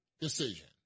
decision